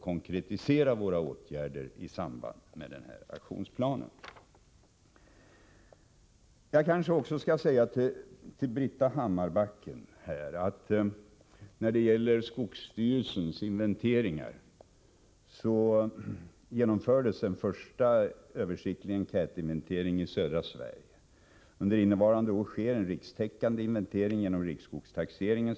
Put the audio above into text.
Jag vill till Britta Hammarbacken säga att när det gäller skogsstyrelsens inventeringar så har en första översiktlig enkätinventering genomförts i södra Sverige. Under innevarande år sker en rikstäckande inventering genom riksskogstaxeringen.